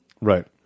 Right